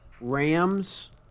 Rams